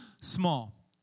small